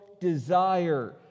desire